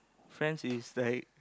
friends is like